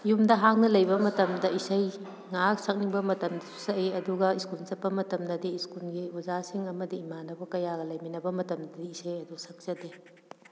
ꯌꯨꯝꯗ ꯍꯥꯡꯅ ꯂꯩꯕ ꯃꯇꯝꯗ ꯏꯁꯩ ꯉꯩꯍꯥꯛ ꯁꯛꯅꯤꯡꯕ ꯃꯇꯝꯗꯁꯨ ꯁꯛꯏ ꯑꯗꯨꯒ ꯏꯁꯀꯨꯟ ꯆꯠꯄ ꯃꯇꯝꯗꯗꯤ ꯏꯁꯀꯨꯜꯒꯤ ꯑꯣꯖꯥꯁꯤꯡ ꯑꯃꯗꯤ ꯏꯃꯥꯅꯕ ꯀꯌꯥꯒ ꯂꯩꯃꯤꯟꯅꯕ ꯃꯇꯝꯗꯗꯤ ꯏꯁꯩ ꯑꯗꯨ ꯁꯛꯆꯗꯦ